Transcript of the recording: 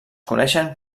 coneixen